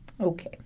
Okay